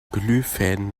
glühfäden